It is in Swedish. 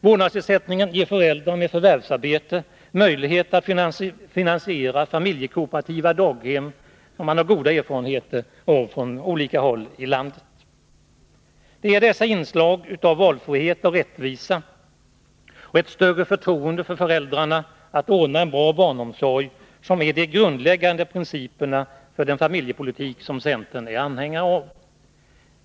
Vårdnadsersättningen ger föräldrar med förvärvsarbete möjligheter att finansiera familjekooperativa daghem, som man i olika delar av landet har goda erfarenheter av. Det är dessa inslag av valfrihet och rättvisa och ett större förtroende för föräldrarnas möjligheter att ordna en bra barnomsorg som utgör de grundläggande principerna för den familjepolitik som centern är anhängare av.